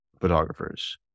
photographers